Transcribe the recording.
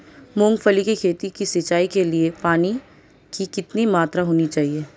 मूंगफली की खेती की सिंचाई के लिए पानी की कितनी मात्रा होनी चाहिए?